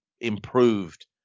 improved